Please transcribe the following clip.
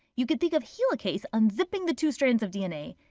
you can think of helicase unzipping the two strands of dna.